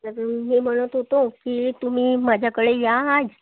मी म्हणत होतो की तुम्ही माझ्याकडे या आज